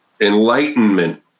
enlightenment